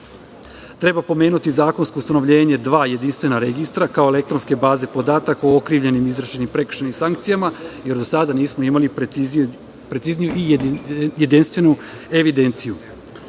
pomenuti zakonsko ustanovljenje dva jedinstvena registra, kao elektronske baze podataka o okrivljenim, izvršenim, prekršajnim sankcijama, jer do sada nismo imali precizniju i jedinstvenu evidenciju. Osim